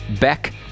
BECK